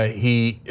ah he